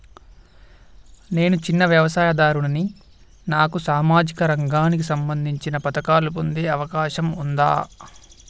నేను చిన్న వ్యవసాయదారుడిని నాకు సామాజిక రంగానికి సంబంధించిన పథకాలు పొందే అవకాశం ఉందా?